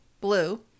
blue